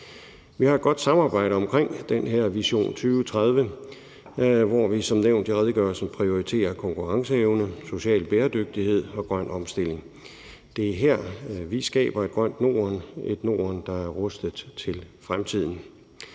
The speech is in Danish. Vi har et godt samarbejde omkring den her vision for 2030, hvor vi som nævnt i redegørelsen prioriterer konkurrenceevne, social bæredygtighed og grøn omstilling. Det er her, vi skaber et grønt Norden – et Norden, der er rustet til fremtiden.